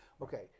Okay